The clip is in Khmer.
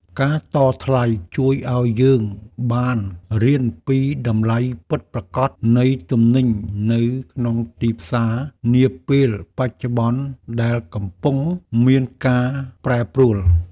ការតថ្លៃជួយឱ្យយើងបានរៀនពីតម្លៃពិតប្រាកដនៃទំនិញនៅក្នុងទីផ្សារនាពេលបច្ចុប្បន្នដែលកំពុងមានការប្រែប្រួល។